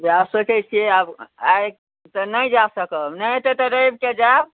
वएह सोचै छियै आब आइ तऽ नहि जा सकब नहि हेतै तऽ रविके जायब